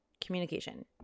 Communication